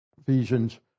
Ephesians